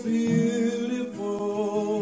beautiful